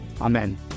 Amen